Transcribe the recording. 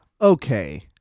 Okay